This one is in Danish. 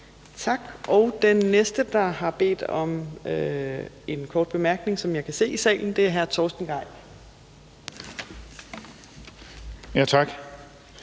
Tak. Og den næste, der har bedt om en kort bemærkning, og som jeg kan se i salen, er hr. Torsten Gejl. Kl.